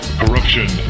corruption